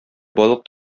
балык